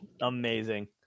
Amazing